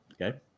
okay